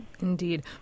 Indeed